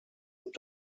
und